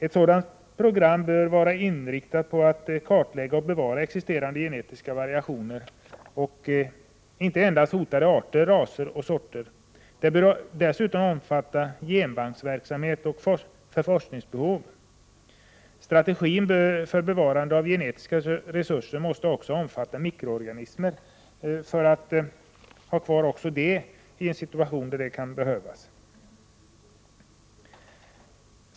Ett sådant program bör vara inriktat på att kartlägga och bevara existerande genetiska variationer och inte endast hotade arter, raser och sorter. Det bör dessutom omfatta genbanksverksamhet för forskningsbehov. Strategin för bevarande av genetiska resurser måste också omfatta mikroorganismer, för att vi skall ha kvar också dem i en situation då det kan behövas.